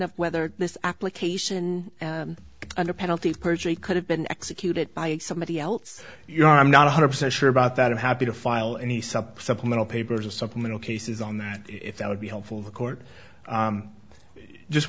of whether this application under penalty of perjury could have been executed by somebody else you know i'm not one hundred percent sure about that i'm happy to file any such supplemental papers or supplemental cases on that that would be helpful the court just